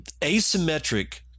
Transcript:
asymmetric